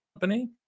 company